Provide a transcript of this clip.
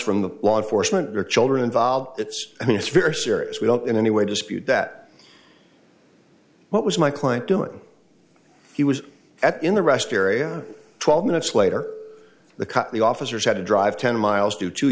from the law enforcement or children involved it's i mean it's very serious we don't in any way dispute that what was my client doing he was at in the rest area twelve minutes later the cut the officers had to drive ten miles due to